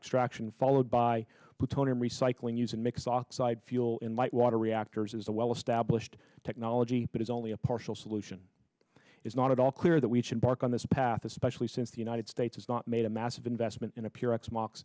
extraction followed by plutonium recycling using mixed oxide fuel in light water reactors is a well established technology but is only a partial solution is not at all clear that we should park on this path especially since the united states has not made a massive investment in a pure x